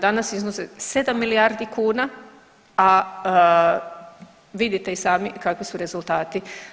Danas iznose 7 milijardi kuna, a vidite i sami kakvi su rezultati.